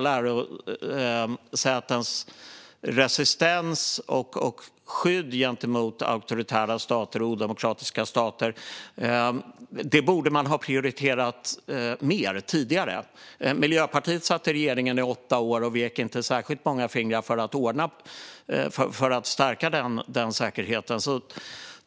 lärosätens resistens och skydd gentemot auktoritära och odemokratiska stater borde man ha prioriterat mer tidigare. Miljöpartiet satt i regeringen är åtta år och vek inte särskilt många fingrar för att stärka säkerheten.